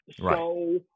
Right